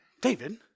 David